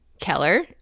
Keller